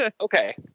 Okay